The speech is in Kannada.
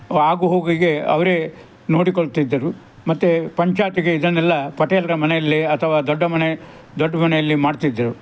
ಆಗು ಹೋಗಿಗೆ ಅವರೇ ನೋಡಿಕೊಳ್ತಿದ್ದರು ಮತ್ತು ಪಂಚಾಯಿತಿಗೆ ಇದನ್ನೆಲ್ಲ ಪಟೇಲರ ಮನೆಯಲ್ಲೇ ಅಥವಾ ದೊಡ್ಡ ಮನೆ ದೊಡ್ಮನೆಯಲ್ಲಿ ಮಾಡ್ತಿದ್ದರು